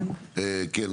כן,